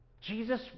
Jesus